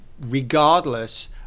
regardless